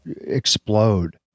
explode